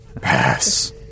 Pass